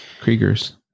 Kriegers